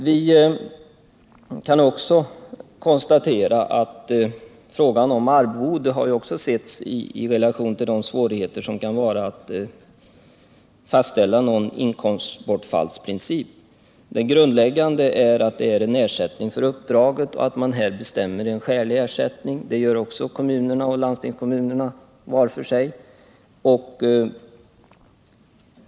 Vi kan vidare konstatera att frågan om arvode också har satts i relation till de svårigheter som kan föreligga att fastställa någon inkomstbortfallsprincip. Den grundläggande principen är att arvode skall utgöra ersättning för uppdrag och att man bestämmer en skälig ersättning. Det gör också kommuner och landstingskommuner var för sig.